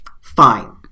Fine